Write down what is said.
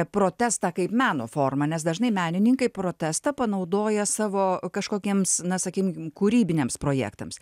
protestą kaip meno formą nes dažnai menininkai protestą panaudoja savo kažkokiems na sakykim kūrybiniams projektams